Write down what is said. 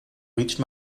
reached